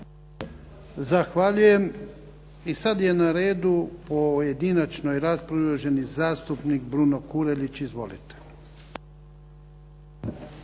Zahvaljujem. I sada je na redu u pojedinačnoj raspravi, uvaženi zastupnik Bruno Kurelić. Izvolite.